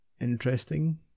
interesting